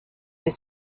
fait